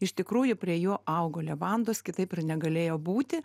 iš tikrųjų prie jo augo levandos kitaip ir negalėjo būti